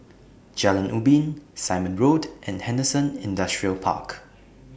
Jalan Ubin Simon Road and Henderson Industrial Park